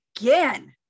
again